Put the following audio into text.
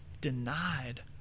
denied